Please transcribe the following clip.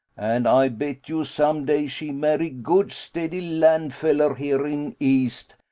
and ay bet you some day she marry good, steady land fallar here in east,